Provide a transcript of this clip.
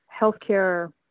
healthcare